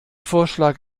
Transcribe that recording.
vorschlag